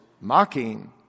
mocking